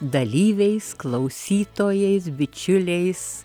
dalyviais klausytojais bičiuliais